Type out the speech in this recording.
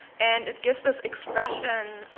and it gives this expression